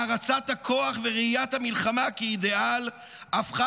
הערצת הכוח וראיית המלחמה כאידיאל הפכה